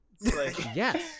yes